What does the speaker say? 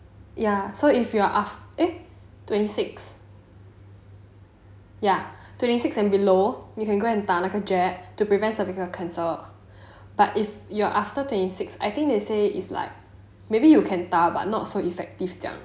ya so if you are of a twenty six ya twenty six and below you can go and 打那个 jab to prevent cervical cancer but if you're after twenty six I think they say it's like maybe you can 打 but not so effective